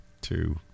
two